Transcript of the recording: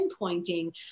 pinpointing